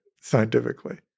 scientifically